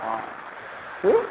কি